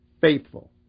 faithful